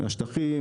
מהשטחים,